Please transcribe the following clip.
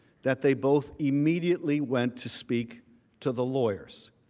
that they both immediately went to speak to the lawyers.